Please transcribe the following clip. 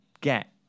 get